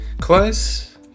Close